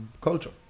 culture